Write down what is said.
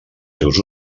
seus